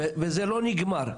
וזה לא נגמר.